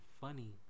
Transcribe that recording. funny